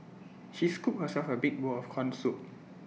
she scooped herself A big bowl of Corn Soup